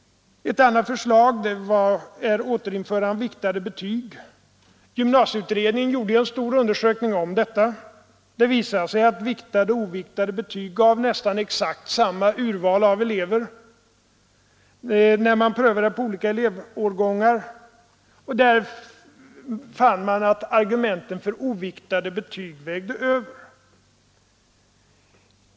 Ett annat förslag är återinförandet av viktade betyg. Gymnasieutredningen gjorde en stor undersökning om detta. Det visade sig att viktade och oviktade betyg gav nästan exakt samma urval av elever när man prövade på olika elevårgångar, och man fann att argumenten för oviktade betyg vägde över.